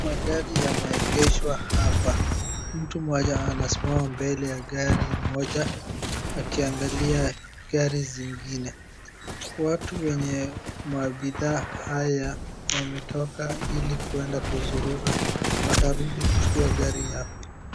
Magari yameegeshwa hapa. Mtu mmoja anasimama mbele ya gari moja, akiangalia gari zingine. Watu wenye mabidhaa haya, wametoka ili kwenda kuzurura, watarudi kuchukua gari yao.